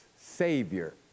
Savior